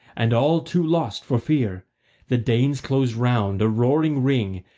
and all too lost for fear the danes closed round, a roaring ring,